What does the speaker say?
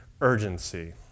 urgency